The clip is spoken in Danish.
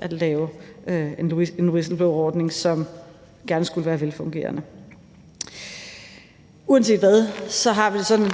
at lave en whistleblowerordning, som gerne skulle være velfungerende. Uanset hvad, har vi det sådan, at